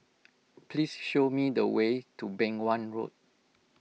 please show me the way to Beng Wan Road